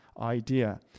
idea